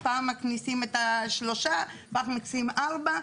פעם מכניסים שלושה ופעם מכניסים ארבעה,